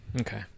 okay